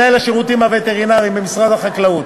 מנהל השירותים הווטרינריים במשרד החקלאות